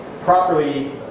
properly